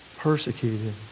persecuted